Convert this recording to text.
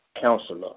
Counselor